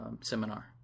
seminar